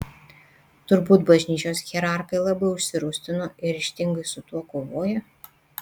turbūt bažnyčios hierarchai labai užsirūstino ir ryžtingai su tuo kovoja